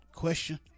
Question